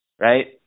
right